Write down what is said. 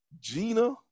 Gina